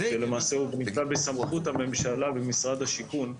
למעשה הוא נמצא בסמכות הממשלה ומשרד השיכון.